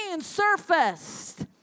surfaced